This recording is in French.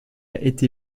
été